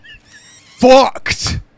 fucked